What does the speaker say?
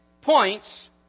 points